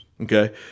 okay